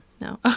no